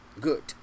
good